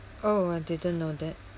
oh I didn't know that